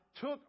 took